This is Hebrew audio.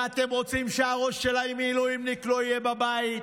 ואתם רוצים שהראש של המילואימניק לא יהיה בבית,